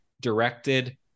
directed